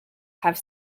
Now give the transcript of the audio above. have